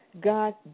God